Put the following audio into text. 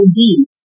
deep